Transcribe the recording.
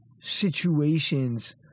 situations